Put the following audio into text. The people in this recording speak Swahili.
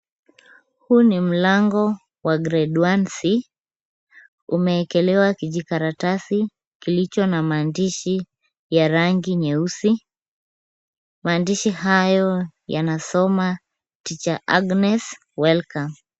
Huu ni mlango wa Grade 1C. Umewekelewa kijikaratasi kilicho na maandishi ya rangi nyeusi. Maandishi hayo yanasoma Teacher Agnes welcome .